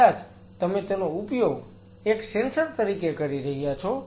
કદાચ તમે તેનો ઉપયોગ એક સેન્સર તરીકે કરી રહ્યા છો